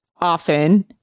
often